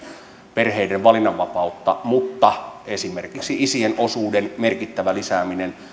perheiden valinnanvapautta mutta esimerkiksi isien osuuden merkittävä lisääminen